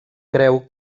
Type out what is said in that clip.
creu